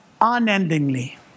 unendingly